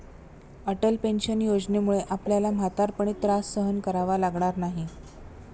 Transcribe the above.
Atal pension योजनेमुळे आपल्याला म्हातारपणी त्रास सहन करावा लागणार नाही